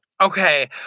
Okay